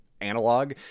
analog